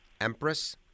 Empress